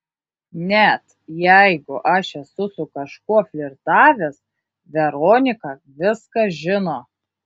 net jeigu aš esu su kažkuo flirtavęs veronika viską žino